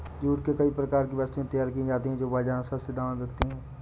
jute से कई प्रकार की वस्तुएं तैयार की जाती हैं जो बाजार में सस्ते दामों में बिकती है